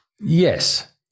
Yes